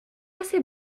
assez